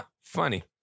funny